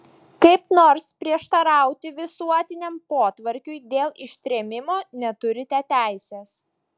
kaip nors prieštarauti visuotiniam potvarkiui dėl ištrėmimo neturite teisės